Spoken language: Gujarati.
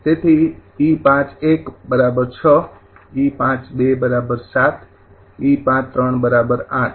તેથી 𝑒૫૧ ૬ 𝑒૫૨ ૭ 𝑒૫૩ ૮